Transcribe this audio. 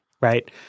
right